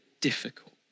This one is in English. difficult